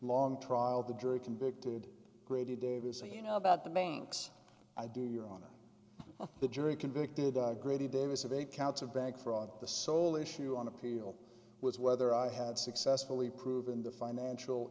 long trial the jury convicted gray davis say you know about the banks i do you're on the jury convicted grady davis of eight counts of bank fraud the sole issue on appeal was whether i had successfully proven the financial